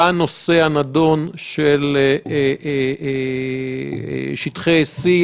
בנושא הנדון של שטחי C,